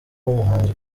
umuhanzi